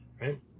Right